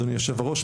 אדוני יושב הראש,